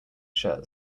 shirt